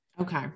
Okay